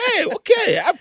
okay